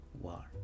war